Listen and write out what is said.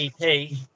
EP